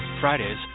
Fridays